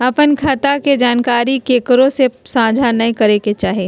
अपने खता के जानकारी केकरो से साझा नयय करे के चाही